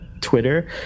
Twitter